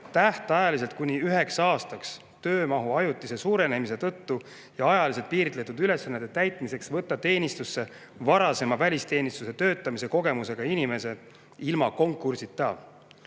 tähtajaliselt kuni üheks aastaks töömahu ajutise suurenemise tõttu ja ajaliselt piiritletud ülesannete täitmiseks võtta teenistusse varasema välisteenistuses töötamise kogemusega inimese ilma konkursita.